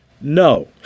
No